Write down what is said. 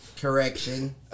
correction